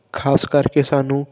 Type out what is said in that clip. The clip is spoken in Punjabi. ਖਾਸ ਕਰਕੇ ਸਾਨੂੰ